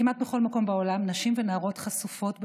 כמעט בכל מקום בעולם נשים ונערות חשופות,